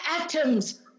atoms